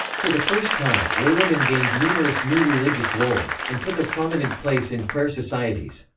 for the first time, laywomen gained numerous new religious roles, and took a prominent place in prayer societies.